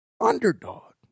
underdog